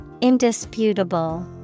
Indisputable